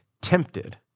tempted